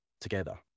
together